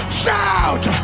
shout